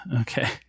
Okay